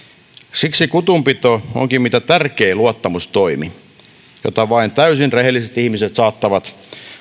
siksi kutunpito onkin mitä tärkein luottamustoimi jota vain täysin rehelliset ihmiset saattavat